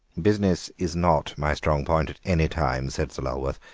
business is not my strong point at any time, said sir lulworth,